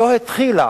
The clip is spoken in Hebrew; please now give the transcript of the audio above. לא התחילה